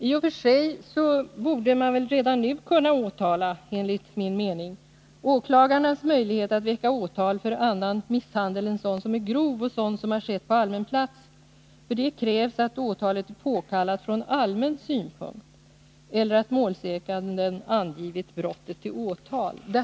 I och för sig borde man, enligt min mening, kunna åtala redan nu. För att kunna väcka åtal för annan misshandel än sådan som är grov och sådan som har skett på allmän plats krävs att åtalet är påkallat från allmän synpunkt eller att målsäganden angivit brottet till åtal.